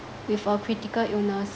with a critical illness